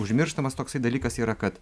užmirštamas toksai dalykas yra kad